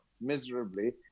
miserably